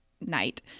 night